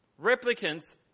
Replicants